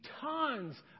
tons